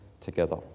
together